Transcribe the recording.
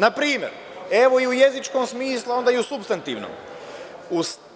Na primer, evo i u jezičkom smislu, onda i u supstantivnom,